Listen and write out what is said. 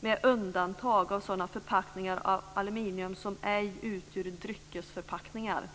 med undantag för sådana förpackningar av aluminium som ej utgör dryckesförpackningar.